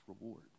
reward